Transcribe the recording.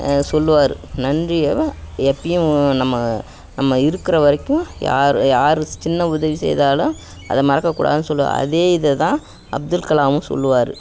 சொல்லுவார் நன்றியை எப்போயும் நம்ம நம்ம இருக்கிற வரைக்கும் யார் யார் சின்ன உதவி செய்தாலும் அதை மறக்கக்கூடாதுன்னு சொல்லுவா அதே இதை தான் அப்துல் கலாமும் சொல்லுவார்